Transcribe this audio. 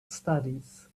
studies